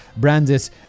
Brandit